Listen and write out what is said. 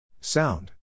Sound